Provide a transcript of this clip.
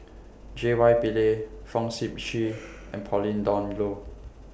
J Y Pillay Fong Sip Chee and Pauline Dawn Loh